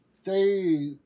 say